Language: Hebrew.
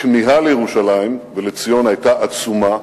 הכמיהה לירושלים ולציון היתה עצומה.